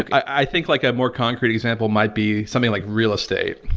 i think like a more concrete example might be something like real estate.